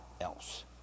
else